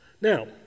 Now